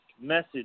message